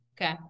okay